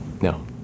No